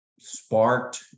Sparked